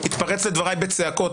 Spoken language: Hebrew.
אם תבדקו ואני ממליץ לכל הצלמים,